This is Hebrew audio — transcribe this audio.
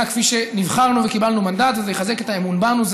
כפי שנבחרנו וקיבלנו מנדט וזה יחזק את האמון בנו.